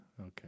okay